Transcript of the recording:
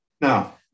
Now